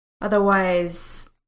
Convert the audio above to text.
otherwise